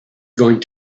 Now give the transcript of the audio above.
going